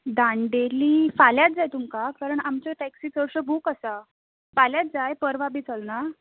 दांडेली फाल्यांच जाय तुमकां कारण आमच्यो टॅक्सी चडश्यो बूक आसा फाल्यांच जाय परवां बी चलना